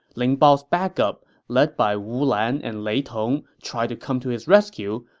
ling bao's backup, led by wu lan and lei tong, tried to come to his rescue,